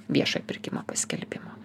viešojo pirkimo paskelbimo